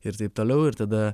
ir taip toliau ir tada